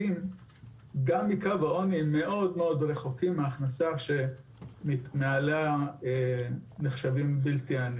גם מקו העוני הם מאוד מאוד רחוקים מהכנסה שמעליה נחשבים לא עניים.